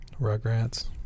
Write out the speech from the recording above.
Rugrats